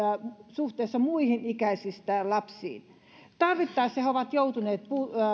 suhteessa muihin ikäisiinsä lapsiin tarvittaessa he he ovat joutuneet